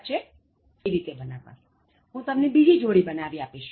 કારણ હું પણ જાણું છું કે પગરખા કઈ રીતે બનાવવા હું તમને બીજી જોડી બનાવી આપીશ